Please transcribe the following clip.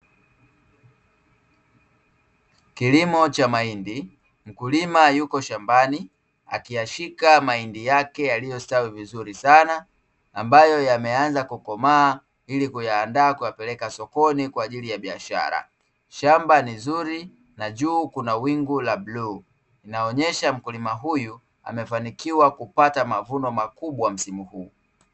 Kilimo cha mahindi, mkulima yuko shambani akiyashika mahindi yake yaliyostawi vizuri sana, ambayo yameanza kukomaa ili kuyaandaa kuyapeleka sokoni kwa ajili ya biashara. Shamba ni zuri na juu kuna wingu la bluu. Inaonyesha mkulima huyu, amefanikiwa kupata mavuno makubwa msimu huu.